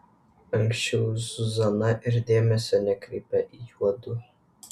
anksčiau zuzana ir dėmesio nekreipė į juodu